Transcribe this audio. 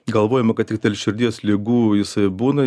galvojama kad tik dėl širdies ligų jisai būna